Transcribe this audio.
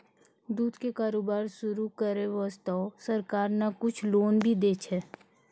दूध के कारोबार शुरू करै वास्तॅ सरकार न कुछ लोन भी दै छै